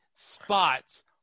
spots